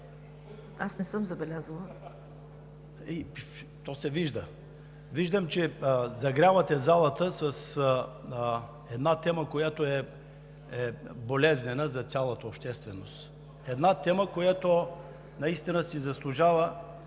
Аз не съм забелязала. РАМАДАН АТАЛАЙ: То се вижда. Виждам, че загрявате залата с една тема, която е болезнена за цялата общественост, една тема, която наистина си заслужава.